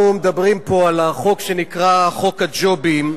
אנחנו מדברים פה על החוק שנקרא חוק הג'ובים,